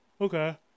Okay